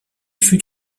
fut